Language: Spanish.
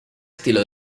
estilo